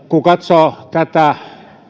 kun katsoo tätä